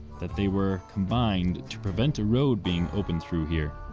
that they were combined to prevent a road being opened through here,